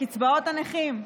לקצבאות הנכים,